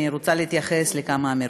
ואני רוצה להתייחס לכמה אמירות.